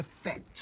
effect